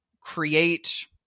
create